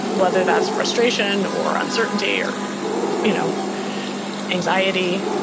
whether that's frustration or uncertainty or you know anxiety.